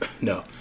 No